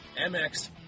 MX